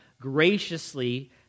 graciously